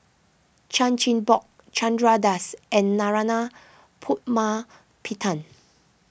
Chan Chin Bock Chandra Das and Narana Putumaippittan